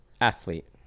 Athlete